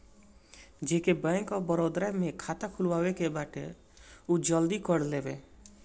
जेके bank of Baroda में खाता खुलवाए के बाटे उ जल्दी कर लेवे